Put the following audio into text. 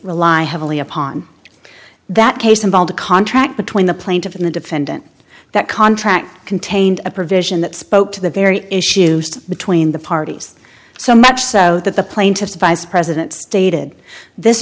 rely heavily upon that case involved a contract between the plaintiff in the defendant that contract contained a provision that spoke to the very issues between the parties so much so that the plaintiff the vice president stated this